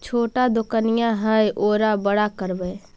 छोटा दोकनिया है ओरा बड़ा करवै?